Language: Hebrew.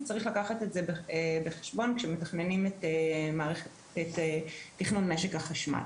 צריך לקחת את זה בחשבון כאשר מתכננים את תכנון משק החשמל.